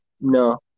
No